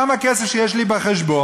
כמה כסף שיש לי בחשבון,